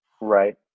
Right